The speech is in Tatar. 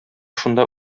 шунда